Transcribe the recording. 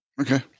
Okay